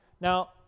Now